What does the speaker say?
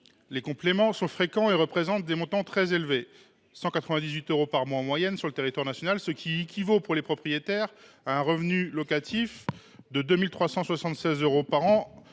de loyers sont fréquents et représentent des montants très élevés : 198 euros par mois en moyenne sur le territoire national, ce qui équivaut, en moyenne, pour les propriétaires à un revenu locatif de 2 376 euros par an